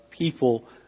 People